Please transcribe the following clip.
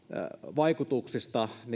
vaikutukset